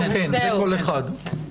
כן, זה כל אחד.